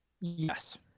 Yes